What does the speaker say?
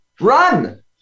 run